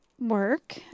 work